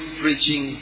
preaching